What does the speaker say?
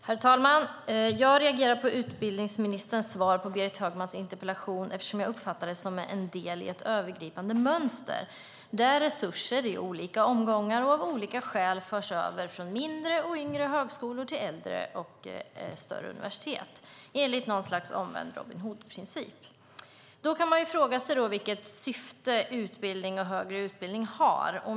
Herr talman! Jag reagerar på utbildningsministerns svar på Berit Högmans interpellation eftersom jag uppfattar det som en del i ett övergripande mönster där resurser i olika omgångar och av olika skäl förs över från yngre och mindre högskolor till äldre och större universitet enligt något slags omvänd Robin Hood-princip. Man kan fråga sig vilket syfte utbildning och högre utbildning har.